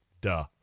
Duh